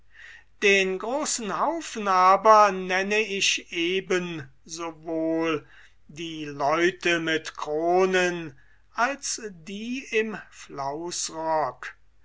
den großen haufen aber nenne ich eben sowohl die leute mit kronen als die im flausrock